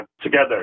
together